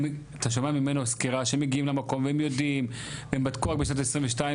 אתה שומע ממנו סקירה שהם מגיעים למקום והם יודעים והם בדקו 22,